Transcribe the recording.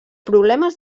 problemes